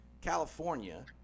California